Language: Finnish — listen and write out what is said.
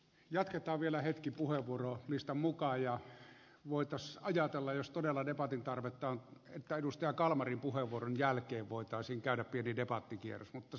jatketaan vielä hetki puheenvuorolistan mukaan ja voitaisiin ajatella jos todella debatin tarvetta on että edustaja kalmarin puheenvuoron jälkeen voitaisiin käydä pieni debattikierros mutta siihen asti mennään listan mukaan